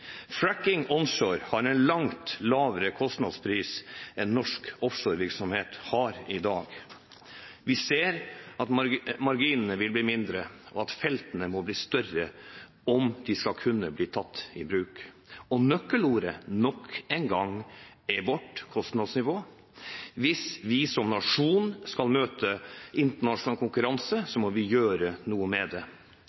Fracking onshore har en langt lavere kostnadspris enn norsk offshorevirksomhet har i dag. Vi ser at marginene vil bli mindre, og at feltene må bli større om de skal kunne bli tatt i bruk. Nøkkelordet nok en gang er vårt kostnadsnivå. Hvis vi som nasjon skal møte internasjonal konkurranse,